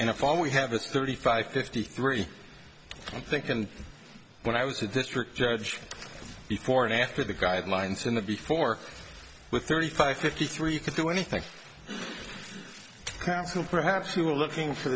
and if all we have a thirty five fifty three i think and when i was a district judge before and after the guidelines and the before with thirty five fifty three you could do anything counsel perhaps you were looking for